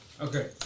Okay